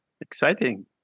Exciting